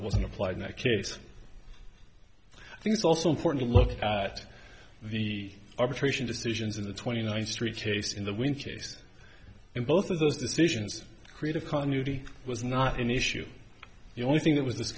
wasn't applied that case i think it's also important to look at the arbitration decisions in the twenty ninth street case in the winter case and both of those decisions create a continuity was not an issue the only thing that w